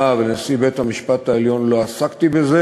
ולנשיא בית-המשפט העליון לא עסקתי בזה,